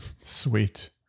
Sweet